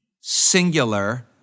singular